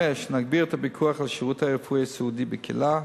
5. נגביר את הפיקוח על השירות הרפואי-סיעודי בקהילה,